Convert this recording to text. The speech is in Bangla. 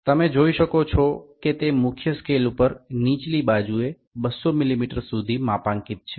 আপনি দেখতে পাচ্ছেন যে এটি নীচের দিকে মূল স্কেলে ২০০ মিমি অবধি ক্রমাঙ্কন করা আছে